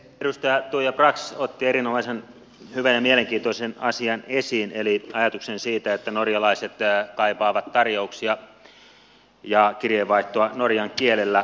edustaja tuija brax otti erinomaisen hyvän ja mielenkiintoisen asian esiin eli ajatuksen siitä että norjalaiset kaipaavat tarjouksia ja kirjeenvaihtoa norjan kielellä